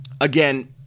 Again